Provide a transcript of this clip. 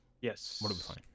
Yes